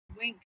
Wink